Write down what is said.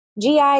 GI